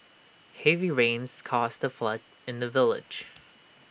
heavy rains caused A flood in the village